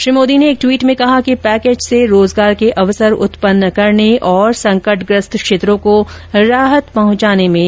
श्री मोदी ने एक ट्वीट में कहा कि पैकेज से रोजगार के अवसर उत्पन्न करने और संकटग्रस्त क्षेत्रों को राहत पहुंचाने में मदद मिलेगी